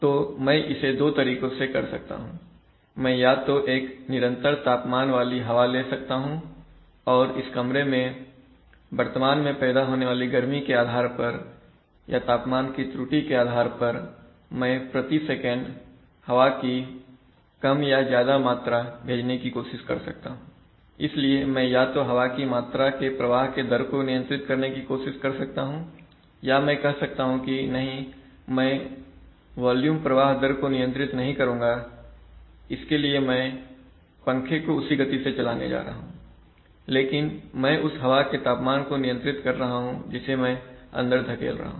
तो मैं इसे दो तरीकों से कर सकता हूं मैं या तो मैं एक निरंतर तापमान वाली हवा ले सकता हूं और इस कमरे में वर्तमान में पैदा होने वाली गर्मी के आधार पर या तापमान की त्रुटि के आधार पर मैं प्रति सेकंड हवा की कम या ज्यादा मात्रा भेजने की कोशिश कर सकता हूं इसलिए मैं या तो हवा की मात्रा के प्रवाह के दर को नियंत्रित करने की कोशिश कर सकता हूं या मैं कह सकता हूं कि नहीं मैं वॉल्यूम प्रवाह दर को नियंत्रित नहीं करूंगा इसके लिए मैं पंखे को उसी गति से चलाने जा रहा हूं लेकिन मैं उस हवा के तापमान को नियंत्रित कर रहा हूं जिसे मैं अंदर धकेल रहा हूं